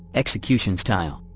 execution-style.